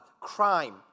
crime